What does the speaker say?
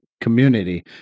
community